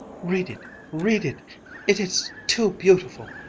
read it read it it is too beautiful!